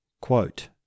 Quote